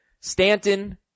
Stanton